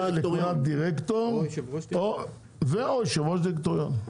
הדירקטוריון- -- ו/או יושב-ראש דירקטוריון.